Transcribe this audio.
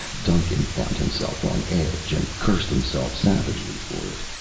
duncan found himself on edge and cursed himself savagely for it.